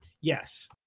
Yes